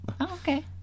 okay